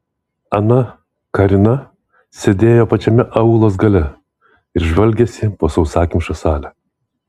ana karina sėdėjo pačiame aulos gale ir žvalgėsi po sausakimšą salę